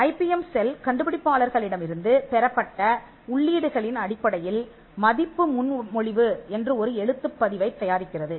IBM cell கண்டுபிடிப்பாளர்களிடமிருந்து பெறப்பட்ட உள்ளீடுகளின் அடிப்படையில் மதிப்பு முன்மொழிவு என்று ஒரு எழுத்துப் பதிவைத் தயாரிக்கிறது